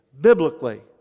biblically